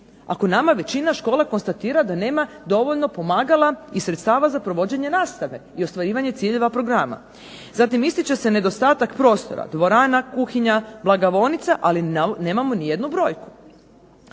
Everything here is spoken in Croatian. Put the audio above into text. ako nama većina škola konstatira da nema dovoljno pomagala i sredstava za ostvarivanje nastave i ostvarivanje ciljeva programa. Zatim ističe se nedostatak prostora, dvorana, kuhinja, blagovaonica ali nemamo ni jednu brojku.